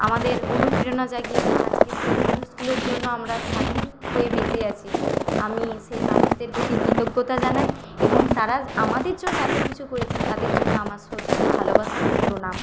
আমাদের অনুপ্রেরণা জাগিয়েছেন আজকে সেই মানুষগুলোর জন্য আমরা স্বাধীন হয়ে বেঁচে আছি আমি সেই মানুষদের প্রতি কৃতজ্ঞতা জানাই এবং তারা আমাদের জন্য এত কিছু করেছেন তাদের জন্য আমার শ্রদ্ধা ভালোবাসা ও প্রণাম